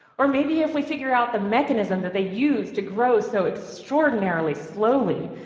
or maybe if we figure out the mechanism that they use to grow so extraordinarily slowly,